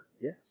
Yes